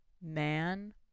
man